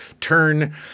turn